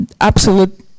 absolute